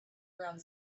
around